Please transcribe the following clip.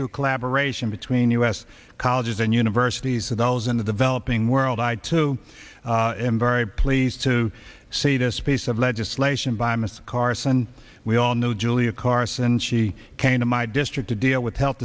through collaboration between us colleges and universities to those in the developing world i too am very pleased to see this piece of legislation by mr carson we all know julia carson she came to my district to deal with health